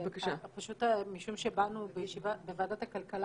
משום שבאנו מוועדת הכלכלה,